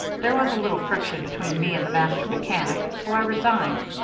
there was a little friction between me and the master mechanic, so i resigned.